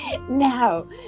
Now